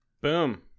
boom